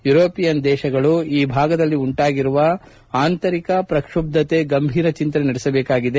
ಯೂರೋಪಿಯನ್ನ ದೇಶಗಳು ಈ ಭಾಗದಲ್ಲಿ ಉಂಟಾಗಿರುವ ಆಂತರಿಕ ಪ್ರಕ್ಷುಬ್ಲತೆ ಗಂಭೀರ ಚಿಂತನೆ ನಡೆಸಬೇಕಾಗಿದೆ